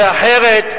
כי אחרת,